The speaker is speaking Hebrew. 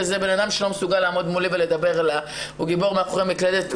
בן אדם שלא מסוגל לעמוד מולי ולדבר אלי אלא הוא גיבור מאחורי מקלדת.